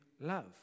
love